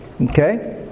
Okay